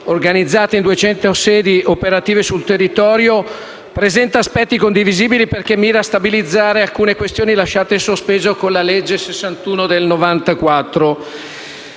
organizzate in 200 sedi operative sul territorio, presenta aspetti condivisibili perché mira a stabilizzare alcune questioni lasciate in sospeso con la legge n. 61 del 1994.